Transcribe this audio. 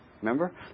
Remember